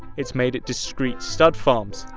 it's made at discreet stud farms.